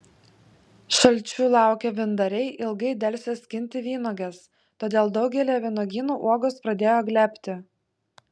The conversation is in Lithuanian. šalčių laukę vyndariai ilgai delsė skinti vynuoges todėl daugelyje vynuogynų uogos pradėjo glebti